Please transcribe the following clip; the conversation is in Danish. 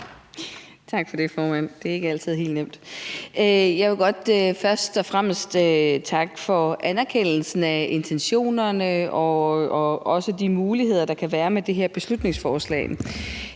Tak for det, formand. Jeg vil godt først og fremmest takke for anerkendelsen af intentionerne og også de muligheder, der kan være med det her beslutningsforslag.